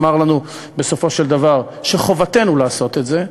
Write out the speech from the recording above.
אמר לנו בסופו של דבר שחובתנו לעשות את זה.